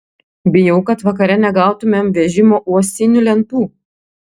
bijau kad vakare negautumėm vežimo uosinių lentų